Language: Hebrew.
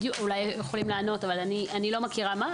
אולי הם יכולים לענות אבל אני לא מכירה.